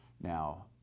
Now